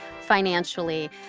financially